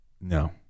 No